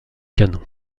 canon